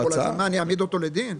אני אעמיד אותו לדין?